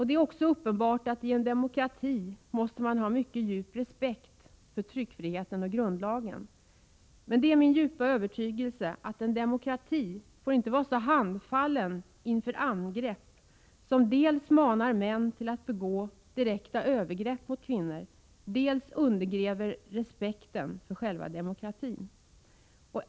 Det är uppenbart att man i en demokrati måste ha mycket djup respekt för tryckfriheten och grundlagen. Men det är min djupa övertygelse att en demokrati inte får vara så handfallen inför angrepp som dels manar män till att begå direkta övergrepp mot kvinnor, dels undergräver respekten för själva demokratin.